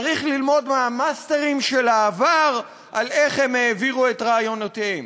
צריך ללמוד מהמאסטרים של העבר איך הם העבירו את רעיונותיהם.